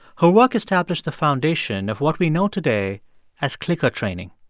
her work established the foundation of what we know today as clicker training.